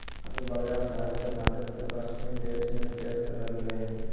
कागज बगदाद शहर के माध्यम से पश्चिम देश में पेश करल गेलय हइ